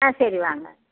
ஆ சரி வாங்க